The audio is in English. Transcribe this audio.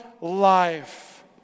life